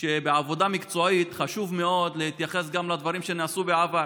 שבעבודה מקצועית חשוב מאוד להתייחס גם לדברים שנעשו בעבר.